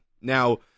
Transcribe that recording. Now